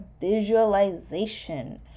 visualization